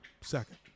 Second